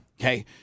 Okay